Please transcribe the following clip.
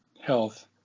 health